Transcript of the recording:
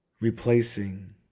Replacing